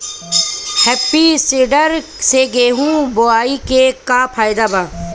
Happy seeder से गेहूं बोआई के का फायदा बा?